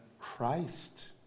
Christ